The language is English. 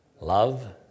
Love